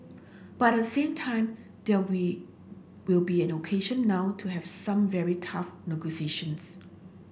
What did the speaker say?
but the same time there will will be an occasion now to have some very tough negotiations